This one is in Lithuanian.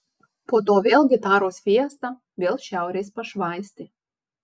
po to vėl gitaros fiesta vėl šiaurės pašvaistė